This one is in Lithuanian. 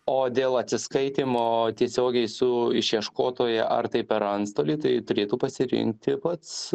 o dėl atsiskaitymo tiesiogiai su išieškotoja ar tai per antstolį tai turėtų pasirinkti pats